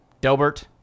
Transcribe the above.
Delbert